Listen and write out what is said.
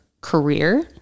career